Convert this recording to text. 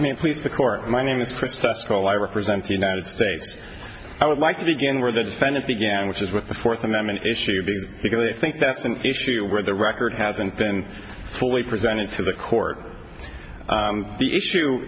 mean please the court my name is chris tesco i represent the united states i would like to begin where the defendant began which is with the fourth amendment issue because i think that's an issue where the record hasn't been fully presented to the court the issue